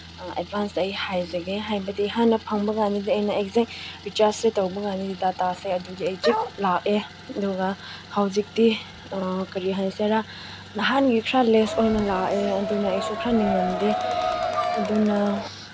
advanced ꯑꯩ ꯍꯥꯏꯖꯒꯦ ꯍꯥꯏꯕꯗꯤ ꯍꯥꯟꯅ ꯐꯪꯕ ꯀꯥꯟꯗꯗꯤ ꯑꯩꯅ ꯑꯦꯛꯖꯦꯛ ꯔꯤꯆꯥꯔꯖꯁꯦ ꯇꯧꯕ ꯀꯥꯟꯗꯗꯤ ꯗꯇꯥꯁꯦ ꯑꯗꯨꯒꯤ ꯑꯦꯛꯖꯦꯛ ꯂꯥꯛꯑꯦ ꯑꯗꯨꯒ ꯍꯧꯖꯤꯛꯇꯤ ꯀꯔꯤ ꯍꯥꯏꯁꯤꯔ ꯅꯍꯥꯟꯒꯤ ꯈꯔ ꯂꯦꯁ ꯑꯣꯏꯅ ꯂꯥꯛꯑꯦ ꯑꯗꯨꯅ ꯑꯩꯁꯨ ꯈꯔ ꯅꯤꯡꯉꯝꯗꯦ ꯑꯗꯨꯅ